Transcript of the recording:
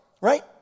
right